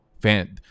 fan